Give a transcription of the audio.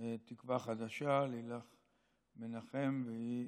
תקווה חדשה לילך מנחם, והיא